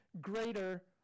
greater